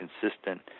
consistent